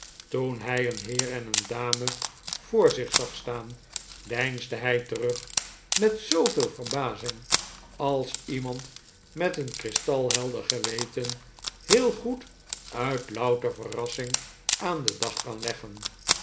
toen hij een heer en een dame voor zich zag staan deinsde hij terug met zooveel verbazing als iemand met een kristalhelder geweten heel goed uit louter verrassing aan den dag kan leggen